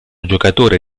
giocatore